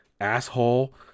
asshole